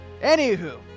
Anywho